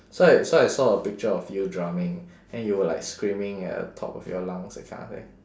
so I so I saw a picture of you drumming then you were like screaming at the top of your lungs that kind of thing